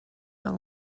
fel